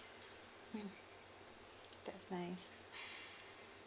mm that's nice